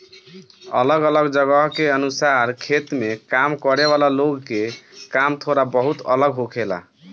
अलग अलग जगह के अनुसार खेत में काम करे वाला लोग के काम थोड़ा बहुत अलग होखेला